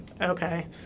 Okay